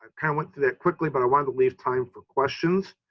ah kind of went through that quickly, but i wanted to leave time for questions.